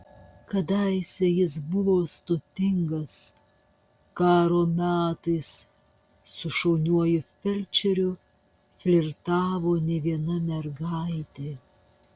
kadaise jis buvo stotingas karo metais su šauniuoju felčeriu flirtavo ne viena mergaitė